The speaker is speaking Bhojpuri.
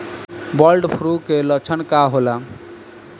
बर्ड फ्लू के लक्षण का होला?